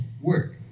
work